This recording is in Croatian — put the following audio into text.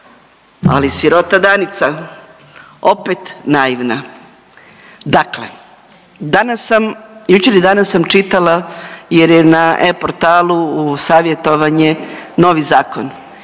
ali sirota Danica opet naivna. Dakle, danas sam, jučer i danas sam čitala jer je na e-portalu u savjetovanje novi zakon.